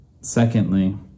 Secondly